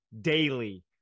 daily